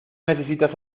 necesitas